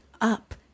up